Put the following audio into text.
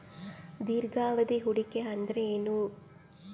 ದೀರ್ಘಾವಧಿ ಹೂಡಿಕೆ ಅಂದ್ರ ಏನು?